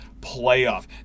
playoff